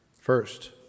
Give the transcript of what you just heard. First